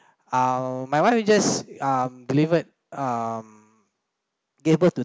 uh my wife just um delivered um gave birth to